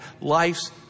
life's